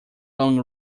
long